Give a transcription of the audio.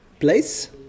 place